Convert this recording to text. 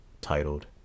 titled